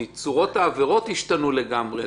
כי צורות העבירות השתנו לגמרי,